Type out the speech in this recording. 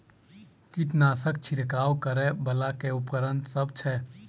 कीटनासक छिरकाब करै वला केँ उपकरण सब छै?